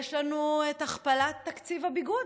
יש לנו את הכפלת תקציב הביגוד,